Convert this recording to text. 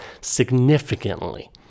significantly